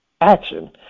action